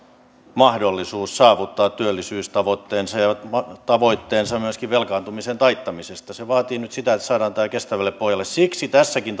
mahdollisuus saavuttaa työllisyystavoitteensa ja tavoitteensa myöskin velkaantumisen taittamisesta se vaatii nyt sitä että saadaan tämä kestävälle pohjalle siksi tässäkin